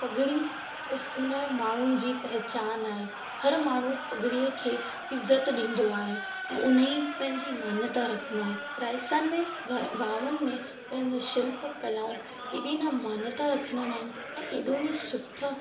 पगड़ी उस उन जे माण्हुनि जी पहचान आहे हर माण्हू पगड़ीअ खे इज़्ज़्त त ॾींदो आहे ऐं उन ई पंहिंजी मान्यता रखंदा आहिनि राजस्थान में गांवनि में पंहिंजो शिल्पकलाऊं अहिड़ी न मान्यता रखंदा न आहिनि अहिड़ो नि सुठा